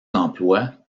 emplois